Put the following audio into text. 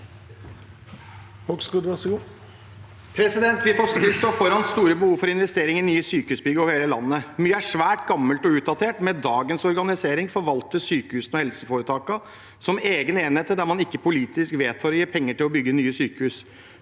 Vi står foran store investeringer i sykehusbygg over hele landet. Mye er svært gammelt og utdatert. Med dagens organisering forvalter sykehusene og helseforetakene dette som egne enheter, der man ikke politisk vedtar å gi penger til å bygge nye sykehus.